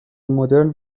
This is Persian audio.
مدرن